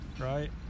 right